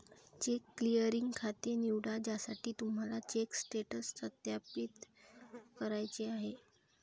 check clearing खाते निवडा ज्यासाठी तुम्हाला चेक स्टेटस सत्यापित करायचे आहे